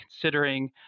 considering